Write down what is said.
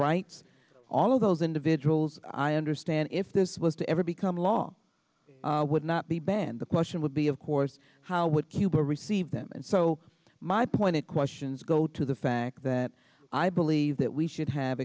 rights all of those individuals i understand if this was to ever become law would not be banned the question it would be of course how would cuba receive them and so my pointed questions go to the fact that i believe that we should have